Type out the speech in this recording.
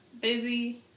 busy